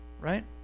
right